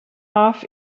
off